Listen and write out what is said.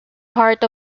heart